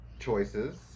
choices